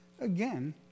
again